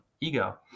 ego